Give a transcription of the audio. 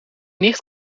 nicht